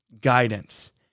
guidance